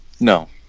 No